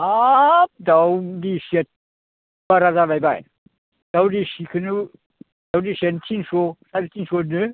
हाब दाउ दिसिया बारा जालायबाय दाउ दिसिखोनो दाउ दिसियानो तिनस' साराय तिनस' होदो